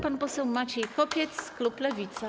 Pan poseł Maciej Kopiec, klub Lewica.